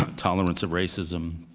tolerance of racism,